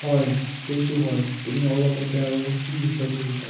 হয় সেইটো হয় তুমি অলপতে আৰু কি বিষয় পঢ়িছা